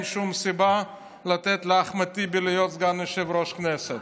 אין שום סיבה לתת לאחמד טיבי להיות סגן יושב-ראש הכנסת.